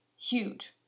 huge